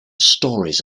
stories